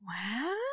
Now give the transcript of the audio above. Wow